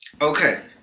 Okay